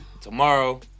tomorrow